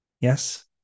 Yes